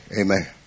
Amen